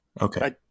Okay